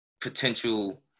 potential